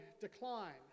decline